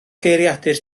geiriadur